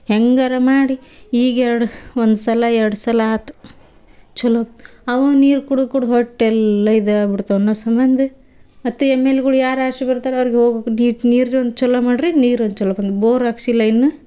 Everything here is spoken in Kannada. ಹೆಂಗಾರೂ ಮಾಡಿ ಈಗ ಎರಡು ಒಂದು ಸಲ ಎರಡು ಸಲ ಆತು ಚಲೋ ಅವು ನೀರು ಕುಡ್ದು ಕುಡ್ದು ಹೊಟ್ಟೆ ಎಲ್ಲ ಇದು ಆಗ್ಬಿಡ್ತು ಅನ್ನೋ ಸಂಬಂಧ ಮತ್ತು ಎಮ್ ಎಲ್ಗಳು ಯಾರು ಆರ್ಶಿ ಬರ್ತಾರೆ ಅವ್ರಿಗೆ ನೀರು ಒಂದು ಚಲೋ ಮಾಡಿರಿ ನೀರು ಒಂದು ಚಲೋ ಬಂದು ಬೋರ್ ಹಾಕಿಸಿಲ್ಲ ಇನ್ನೂ